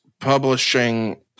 publishing